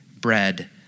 bread